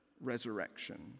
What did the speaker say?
resurrection